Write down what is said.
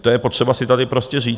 To je potřeba si tady prostě říct.